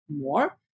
more